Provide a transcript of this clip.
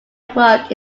work